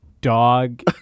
dog